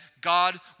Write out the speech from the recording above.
God